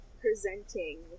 presenting